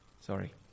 Sorry